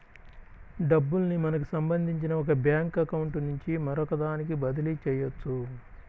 డబ్బుల్ని మనకి సంబంధించిన ఒక బ్యేంకు అకౌంట్ నుంచి మరొకదానికి బదిలీ చెయ్యొచ్చు